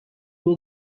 une